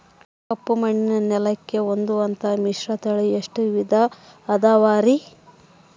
ಕಪ್ಪುಮಣ್ಣಿನ ನೆಲಕ್ಕೆ ಹೊಂದುವಂಥ ಮಿಶ್ರತಳಿ ಎಷ್ಟು ವಿಧ ಅದವರಿ?